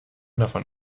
davon